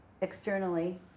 externally